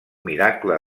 miracle